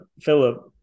Philip